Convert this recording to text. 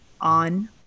on